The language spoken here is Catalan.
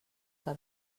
que